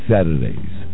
Saturdays